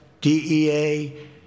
DEA